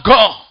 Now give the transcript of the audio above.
God